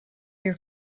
your